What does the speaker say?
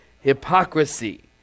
Hypocrisy